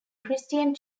christian